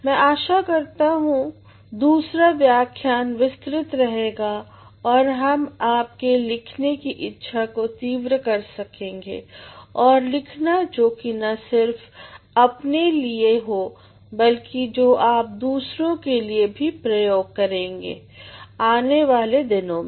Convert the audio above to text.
मैं आशा करता हूँ दूसरा व्याख्यान विस्तृत रहेगा और हम आपके लिखने की इच्छा को तीव्र कर सकेंगे और लिखना जो कि न सिर्फ अपने लिए हो बल्कि जो आप दूसरों के लिए भी प्रयोग करेंगे आने वाले दिनों में